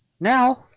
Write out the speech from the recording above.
Now